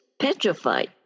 petrified